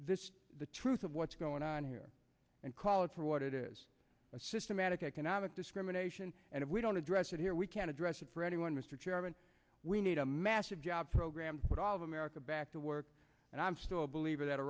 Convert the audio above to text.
this is the truth of what's going on here and call it for what it is a systematic economic discrimination and if we don't address it here we can address it for anyone mr chairman we need a massive jobs program but all of america back to work and i'm still a believer that a